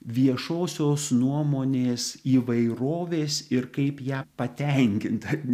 viešosios nuomonės įvairovės ir kaip ją patenkint